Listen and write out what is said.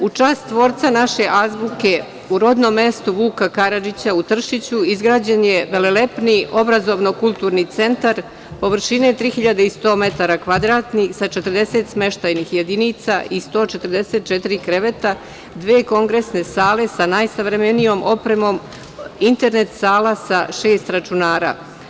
U čast tvorca naše azbuke u rodnom mestu Vuka Karadžića u Tršiću izgrađen je velelepni obrazovno-kulturni centar površine 3.100 metara kvadratnih sa 40 smeštajnih jedinica i 144 kreveta, dve kongresne sale sa najsavremenijom opremom, internet sala sa šest računara.